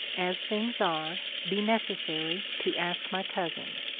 as things are, be necessary to ask my cousin.